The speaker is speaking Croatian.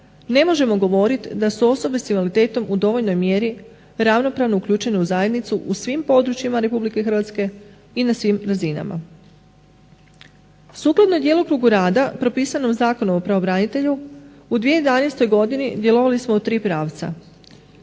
ne možemo govoriti da su osobe s invaliditetom u dovoljnoj mjeri ravnopravno uključene u zajednicu u svim područjima RH i na svim razinama. Sukladno djelokrugu rada propisano u Zakonu o pravobranitelju u 2011. godini djelovali smo u tri pravca.